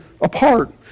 apart